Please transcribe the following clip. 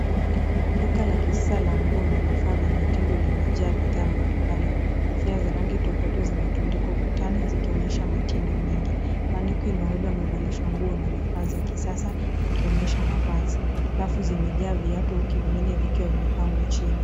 Duka la kisasa la nguo na vifaa vya mitindo limejaa bidhaa mbalimbali. Kofia za rangi tofauti zimetundikwa ukutani zikonyesha mitindo mingi. Mannequin wawili wamevalishwa nguo na vifaa za kisasa wakionyesha mavazi. Rafu zimejaa viatu huku zengine zimepangwa chini.